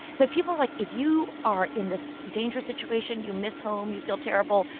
but people were like, if you are in this dangerous situation, you miss home, you feel terrible,